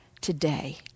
today